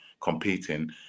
competing